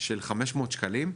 של 500 שקלים,